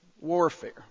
warfare